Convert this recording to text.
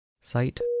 Site